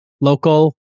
local